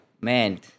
man